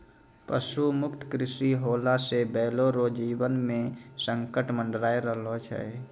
पशु मुक्त कृषि होला से बैलो रो जीवन मे संकट मड़राय रहलो छै